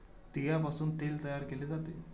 तिळापासून तेल तयार केले जाते